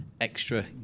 extra